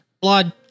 Blood